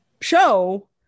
show